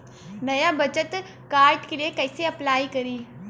नया बचत कार्ड के लिए कइसे अपलाई करी?